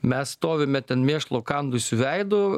mes stovime ten mėšlo kandusiu veidu